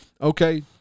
okay